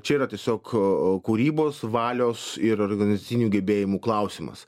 čia yra tiesiog o kūrybos valios ir organizacinių gebėjimų klausimas